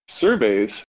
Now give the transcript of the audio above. surveys